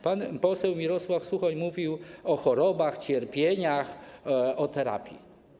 Pan poseł Mirosław Suchoń mówił o chorobach, cierpieniu, terapii.